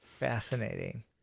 Fascinating